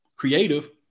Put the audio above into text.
Creative